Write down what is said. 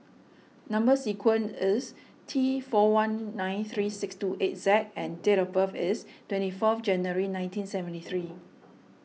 Number Sequence is T four one nine three six two eight Z and date of birth is twenty fourth January nineteen seventy three